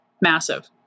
Massive